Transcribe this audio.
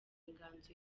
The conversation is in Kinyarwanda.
inganzo